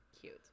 Cute